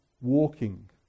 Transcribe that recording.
walking